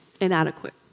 inadequate